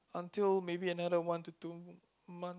until maybe another one to two month